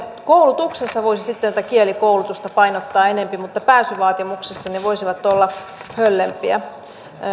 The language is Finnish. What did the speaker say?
koulutuksessa voisi sitten tätä kielikoulutusta painottaa enempi mutta pääsyvaatimuksissa kielivaatimukset voisivat olla höllempiä